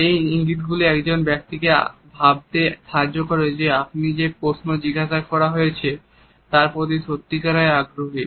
এই ইঙ্গিত গুলি একজন ব্যক্তিকে ভাবতে সাহায্য করে যে আপনি যে প্রশ্ন জিজ্ঞাসা করা হয়েছে তার প্রতি সত্যিকারের আগ্রহী